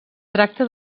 tracta